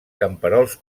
camperols